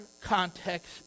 context